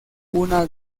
una